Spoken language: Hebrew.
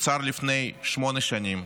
נוצר לפני שמונה שנים,